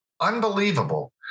unbelievable